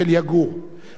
אני נוסע גם בצפון, גם בדרום.